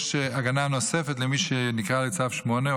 יש הגנה נוספת למי שנקרא בצו 8,